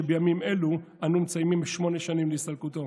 שבימים אלה אנחנו מציינים שמונה שנים להסתלקותו.